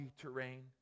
terrain